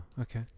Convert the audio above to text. okay